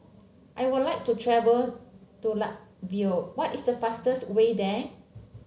I would like to travel to Latvia what is the fastest way there